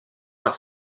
par